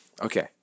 Okay